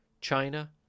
china